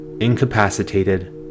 incapacitated